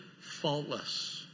faultless